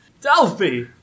Delphi